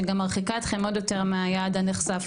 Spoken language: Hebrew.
שגם מרחיקה אתכם עוד יותר מהיעד הנכסף.